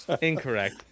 Incorrect